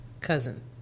cousin